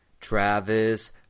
Travis